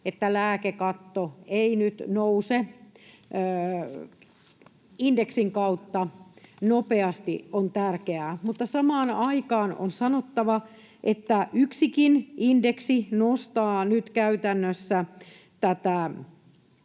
että lääkekatto ei nyt nouse indeksin kautta nopeasti, on tärkeä, mutta samaan aikaan on sanottava, että yksikin indeksi nostaa nyt käytännössä tätä